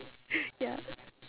ya